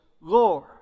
Lord